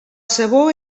sabó